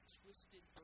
twisted